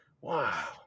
wow